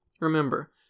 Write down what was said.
Remember